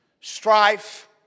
strife